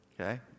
Okay